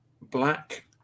Black